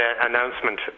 announcement